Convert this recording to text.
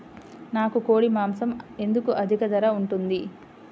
నాకు కోడి మాసం ఎందుకు అధిక ధర ఉంటుంది?